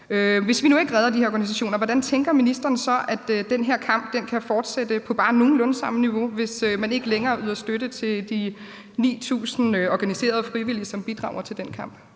Hvis vi nu ikke redder de her organisationer, hvordan tænker ministeren så den her kamp kan fortsætte på bare nogenlunde samme niveau, hvis man ikke længere yder støtte til de 9.000 organiserede frivillige, som bidrager til den kamp?